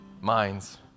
minds